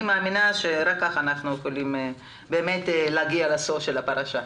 אני מאמינה שרק כך אנחנו יכולים להגיע לסוף של הפרשה.